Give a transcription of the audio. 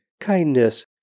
kindness